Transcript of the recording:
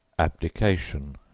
abdication,